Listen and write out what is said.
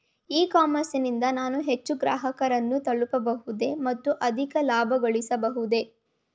E commerce ನಿಂದ ನಾನು ಹೆಚ್ಚು ಗ್ರಾಹಕರನ್ನು ತಲುಪಬಹುದೇ ಮತ್ತು ಅಧಿಕ ಲಾಭಗಳಿಸಬಹುದೇ?